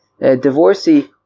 divorcee